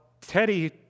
Teddy